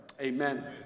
Amen